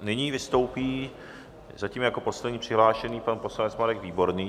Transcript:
Nyní vystoupí zatím jako poslední přihlášený pan poslanec Marek Výborný.